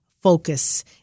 focus